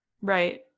right